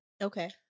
Okay